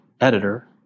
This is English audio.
editor